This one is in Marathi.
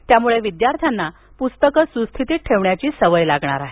यामुळे विद्यार्थ्यांना प्रस्तक सुस्थितीत ठेवण्याची सवय लागणार आहे